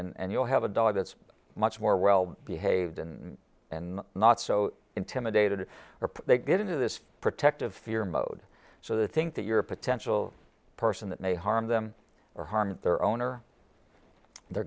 and you'll have a dog that's much more well behaved and and not so intimidated they get into this protective fear mode so they think that you're a potential person that may harm them or harm their own or the